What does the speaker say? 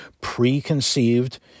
preconceived